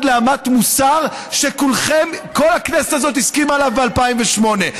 לאמת מוסר שכל הכנסת הזאת הסכימה עליה ב-2008.